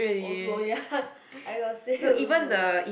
also ya I got say also